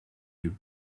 yeux